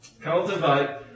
cultivate